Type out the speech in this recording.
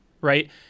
right